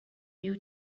you